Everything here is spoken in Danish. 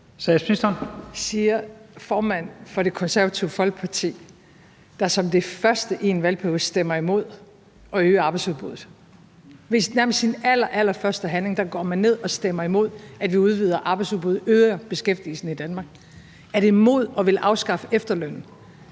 Frederiksen): Siger formanden for Det Konservative Folkeparti, der som det første i en valgperiode stemmer imod at øge arbejdsudbuddet – nærmest som sin allerallerførste handling går man ned og stemmer imod, at vi udvider arbejdsudbuddet og øger beskæftigelsen i Danmark – at det er mod at ville afskaffe efterlønnen?